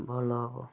ଭଲ ହବ